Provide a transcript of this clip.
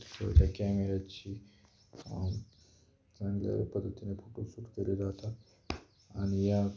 त्या त्या कॅमेऱ्याची चांगल्या पद्धतीने फोटोशूट केले जातात आणि या